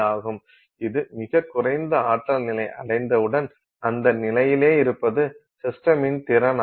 இது ஒரு சமநிலையாகும் இது மிகக் குறைந்த ஆற்றல் நிலை அடைந்தவுடன் அந்த நிலையிலே இருப்பது சிஸ்டமின் திறனாகும்